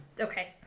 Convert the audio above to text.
Okay